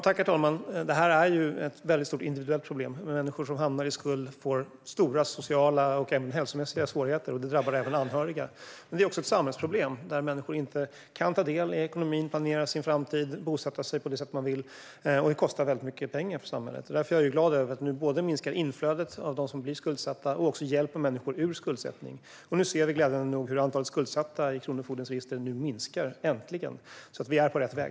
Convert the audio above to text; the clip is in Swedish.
Herr talman! Detta är en väldigt stort individuellt problem. Människor som hamnar i skuld får stora sociala och även hälsomässiga svårigheter, och det drabbar även anhöriga. Det är också ett samhällsproblem. Människor kan inte ta del i ekonomin, planera sin framtid och bosätta sig på det sätt de vill, och det kostar väldigt mycket pengar för samhället. Jag är därför glad över att nu både minska inflödet av dem som blir skuldsatta och också hjälpa människor ur skuldsättning. Vi ser glädjande nog hur antalet skuldsatta i Kronofogdens register nu äntligen minskar. Vi är på rätt väg.